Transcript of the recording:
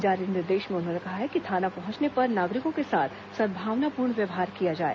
जारी निर्देश में उन्होंने कहा है कि थाना पहुंचने पर नागरिकों के साथ सद्भावनापूर्ण व्यवहार किया जाए